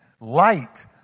light